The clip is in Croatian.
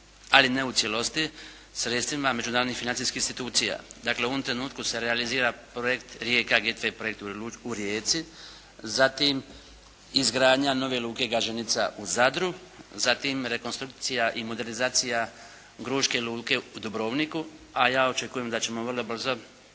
ali ne u cijelosti sredstvima međunarodnih financijskih institucija. Dakle, u ovom trenutku se realizira projekt Rijeka …/Govornik se ne razumije./… u Rijeci. Zatim, izgradnja nove luke Gaženica u Zadru, zatim rekonstrukcija i modernizacije Gruške luke u Dubrovniku. A ja očekujem da ćemo vrlo brzo